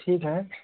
ठीक है